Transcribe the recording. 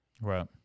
Right